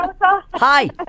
Hi